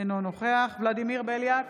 אינו נוכח ולדימיר בליאק,